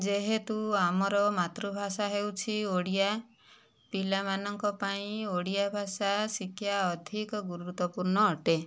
ଯେହେତୁ ଆମର ମାତୃଭାଷା ହେଉଛି ଓଡ଼ିଆ ପିଲାମାନଙ୍କ ପାଇଁ ଓଡ଼ିଆ ଭାଷା ଶିଖିବା ଅଧିକ ଗୁରୁତ୍ୱପୂର୍ଣ୍ଣ ଅଟେ